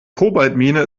kobaltmine